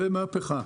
זה מהפכה.